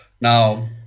Now